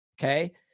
okay